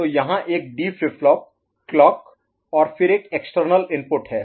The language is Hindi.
तो यहाँ एक डी फ्लिप फ्लॉप क्लॉक और फिर एक एक्सटर्नल इनपुट है